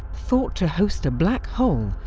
thought to host a black hole,